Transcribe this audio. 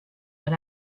but